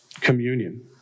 communion